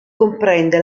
comprende